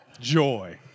Joy